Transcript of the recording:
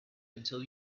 until